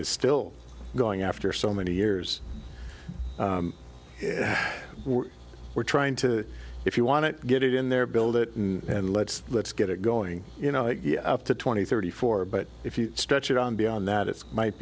is still going after so many years we're trying to if you want to get it in there build it and let's let's get it going you know up to twenty thirty four but if you stretch it on beyond that it's might